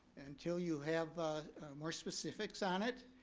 until you have more specifics on it.